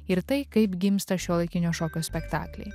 ir tai kaip gimsta šiuolaikinio šokio spektakliai